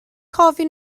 cofio